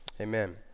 Amen